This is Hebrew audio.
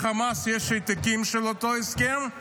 לחמאס יש העתקים של אותו הסכם,